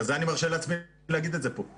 בגלל זה אני מרשה לעצמי להגיד את זה פה.